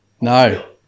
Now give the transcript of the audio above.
No